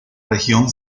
región